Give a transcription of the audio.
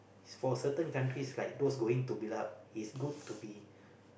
is for certain countries like those going to build up is good to be